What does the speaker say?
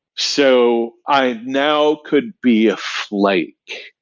so, i now could be a flake,